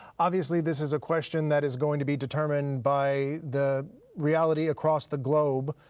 obviously this is a question that is going to be determined by the reality across the globe,